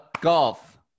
golf